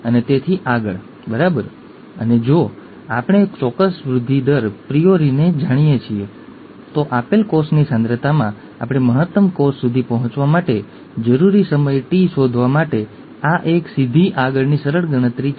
તે જનીનના રંગસૂત્ર પરની સ્થિતિને ખરેખર લોકસ કહેવામાં આવે છે આ ફક્ત પરિભાષા માટે છે ઠીક છે